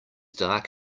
dark